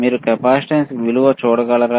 మీరు కెపాసిటెన్స్ విలువ చూడగలరా